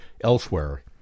elsewhere